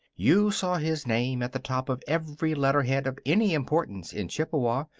you saw his name at the top of every letterhead of any importance in chippewa,